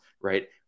right